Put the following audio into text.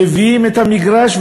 מביאים את המגרש,